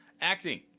Acting